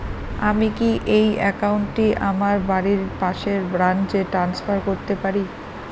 আমি কি এই একাউন্ট টি আমার বাড়ির পাশের ব্রাঞ্চে ট্রান্সফার করতে পারি?